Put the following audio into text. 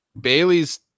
Bailey's